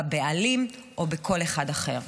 בבעלים או בכל אחד אחר.